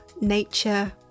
nature